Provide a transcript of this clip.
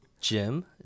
Jim